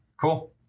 cool